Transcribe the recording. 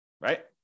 right